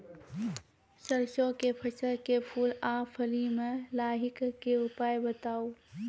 सरसों के फसल के फूल आ फली मे लाहीक के उपाय बताऊ?